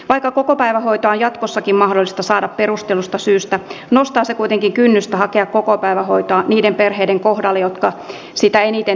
vaikka kokopäivähoitoa on jatkossakin mahdollista saada perustellusta syystä nostaa se kuitenkin kynnystä hakea kokopäivähoitoa niiden perheiden kohdalla jotka siitä eniten hyötyisivät